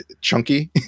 chunky